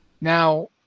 Now